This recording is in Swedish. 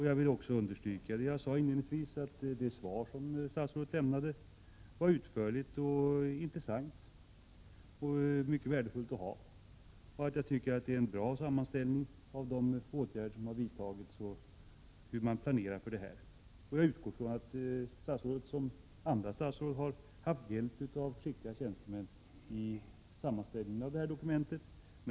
Jag vill också understryka det jag sade inledningsvis, att det svar statsrådet lämnade var utförligt, intressant och mycket värdefullt och att jag tycker att det innehåller en bra sammanställning av de åtgärder som har vidtagits och av planeringen inför snösmältningen. Jag utgår från att statsrådet, liksom andra statsråd, har haft hjälp av skickliga tjänstemän vid sammanställningen av detta dokument.